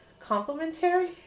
Complimentary